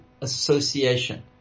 association